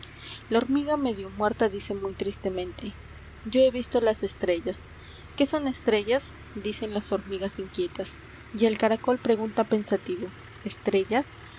la hormiga medio muerta dice muy tristemente yo he visto las estrellas qué son estrellas dicen las hormigas inquietas y el caracol pregunta pensativo estrellas